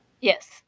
Yes